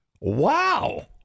Wow